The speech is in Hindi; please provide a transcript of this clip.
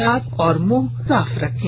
हाथ और मुंह साफ रखें